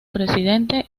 presidente